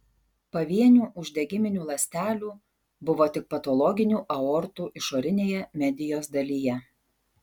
pavienių uždegiminių ląstelių buvo tik patologinių aortų išorinėje medijos dalyje